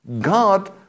God